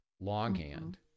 longhand